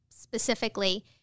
specifically